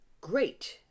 great